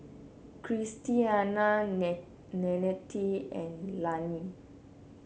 Christiana Nannette and Lannie